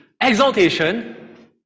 exaltation